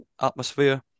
atmosphere